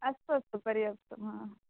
अस्तु अस्तु पर्याप्तं हा